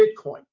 Bitcoin